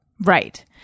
Right